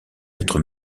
d’être